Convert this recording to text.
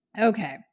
Okay